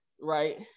Right